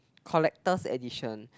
collector's edition